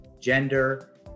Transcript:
gender